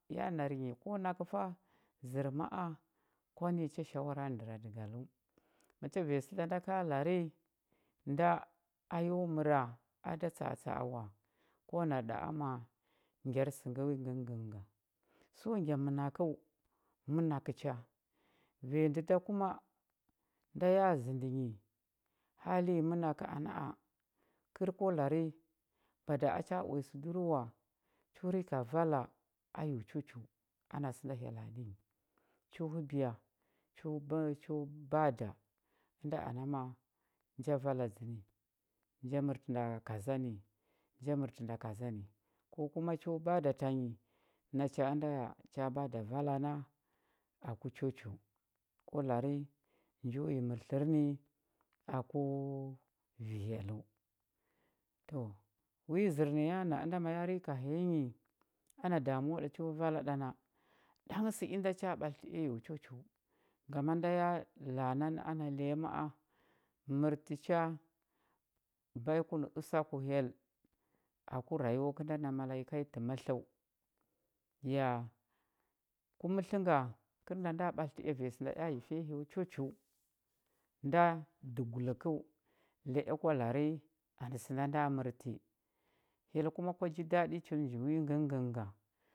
Ya nar ko nakə fa zər ma a kwa nə nyi cha shawara nə ndəradəgaləu acha vanya sə da ka lari nda yo məra a da tsa atsa a wa ko nar ɗa ama ngyar sə ngəng ngəng nga so ngya mənakə ənakə cha vanya ndə da kuma nda ya zəndə nyi hali yi mənakə a na a kər ko laro bada a cha uya sə duru wa cho rika vala a yo chochu na sə nda hyella nə nyi cho həbiya cho bada ənda n ma nja vala dzə ni nja mərtə nda kaza ni nja mərtə da kaza ni ko kuma cho bada tanyi nacha nda ha bada vala na aku chochu ko lari njo yi ər lər ni aku vi hyelləu to wi zər nə ya na ənda ma y rika həya nyi ana damuwa ɗa cho valal na ɗang sə inda cha ɓtlətə yo chochu ngama inda ya la a na lya ya ma a mərtə cha baiko nə usaku hyell ku rayuwa kənda na mala nyi kai tə mətləu ya ku mətlə kər nda nda ɓatlətə ea vanya sə nda ea fiya hyo chochu nda duguləkəu lya kwa lari anə sə nda mərti hyel kuma kwa ji daɗi chul nji wi ngəng nga,